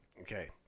Okay